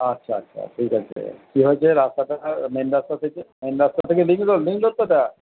আচ্ছা আচ্ছা ঠিক আছে কি হয়েছে রাস্তাটা মেন রাস্তা থেকে মেন রাস্তা থেকে মেন রাস্তাটা